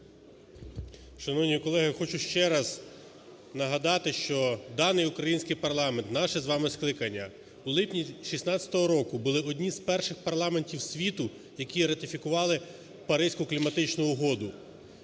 Шановні колеги, хочу ще раз нагадати, що даний український парламент, наше з вами скликання у липні 16-го року були одні з перших парламентів світу, які ратифікували Паризьку кліматичну угоду.